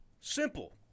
simple